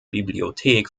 bibliothek